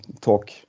talk